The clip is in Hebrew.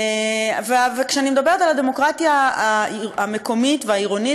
כשאני מדברת על הדמוקרטיה המקומית והעירונית,